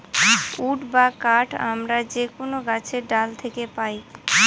would বা কাঠ আমরা যে কোনো গাছের ডাল থাকে পাই